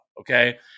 okay